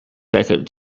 second